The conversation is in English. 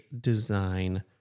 Design